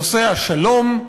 נושא השלום,